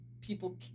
people